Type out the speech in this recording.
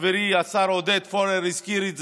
חברי השר עודד פורר הזכיר את זה,